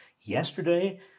yesterday